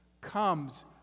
comes